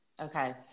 Okay